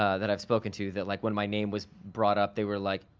ah that i've spoken to that like when my name was brought up, they were like,